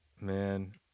man